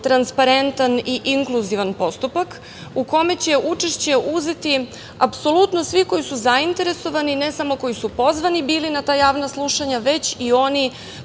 transparentan i inkluzivan postupak u kome će učešće uzeti apsolutno svi koji su zainteresovani, ne samo koji su pozvani bili na ta javna slušanja, već i oni